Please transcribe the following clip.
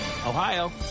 Ohio